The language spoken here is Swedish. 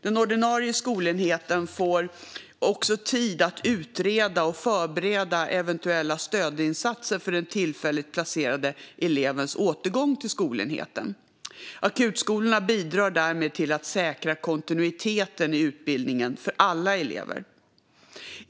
Den ordinarie skolenheten får också tid att utreda och förbereda eventuella stödinsatser för den tillfälligt placerade elevens återgång till skolenheten. Akutskolorna bidrar därmed till att säkra kontinuiteten i utbildningen för alla elever.